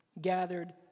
gathered